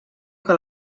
que